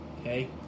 okay